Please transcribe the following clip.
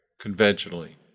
conventionally